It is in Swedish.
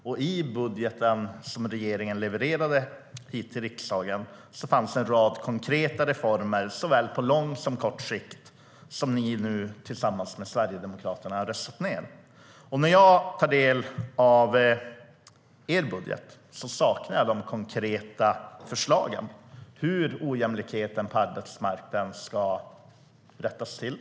I den budget som regeringen har levererat hit till riksdagen fanns en rad konkreta reformer på såväl lång som kort sikt som ni nu tillsammans med Sverigedemokraterna har röstat ned. När jag tar del av er budget saknar jag de konkreta förslagen. Hur ska ojämlikheten på arbetsmarknaden rättas till?